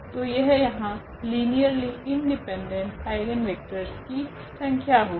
तो यह यहाँ लीनियरली इंडिपेंडेंट आइगनवेक्टरस की संख्या होगी